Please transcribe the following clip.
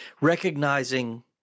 recognizing